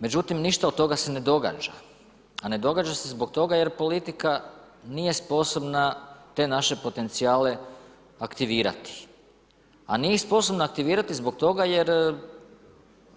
Međutim, ništa od toga se ne događa, a ne događa se zbog toga jer politika nije sposobna te naše potencijale aktivirati, a nije ih sposobna aktivirati zbog toga jer